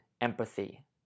empathy